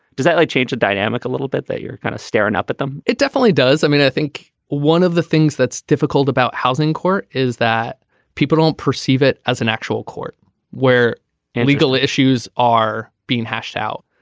does that like change the dynamic a little bit that you're kind of staring up at them it definitely does. i mean i think one of the things that's difficult about housing court is that people don't perceive it as an actual court where legal issues are being hashed out.